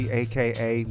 aka